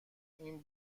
این